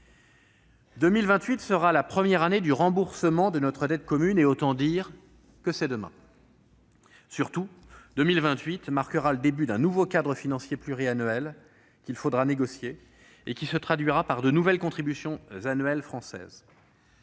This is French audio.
2028 sera la première du remboursement de notre dette commune ; autant dire que c'est demain. Surtout, 2028 marquera le début d'un nouveau cadre financier pluriannuel, qu'il faudra négocier, qui se traduira par de nouvelles contributions annuelles françaises.